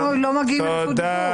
ולא מגיעים לזכות הדיבור.